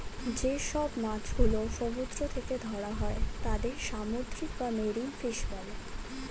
যে সব মাছ গুলো সমুদ্র থেকে ধরা হয় তাদের সামুদ্রিক বা মেরিন ফিশ বলে